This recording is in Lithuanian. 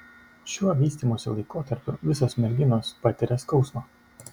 šiuo vystymosi laikotarpiu visos merginos patiria skausmą